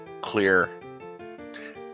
clear